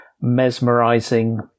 mesmerizing